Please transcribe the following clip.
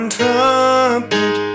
trumpet